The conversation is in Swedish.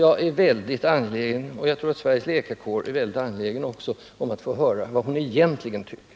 Jag är nu mycket angelägen — och jag tror också att detta gäller Sveriges läkarkår — att få höra vad statsrådet egentligen tycker.